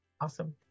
Awesome